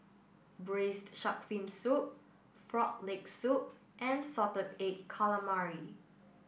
Braised Shark Fin Soup Frog Leg Soup and Salted Egg Calamari